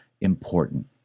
important